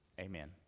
amen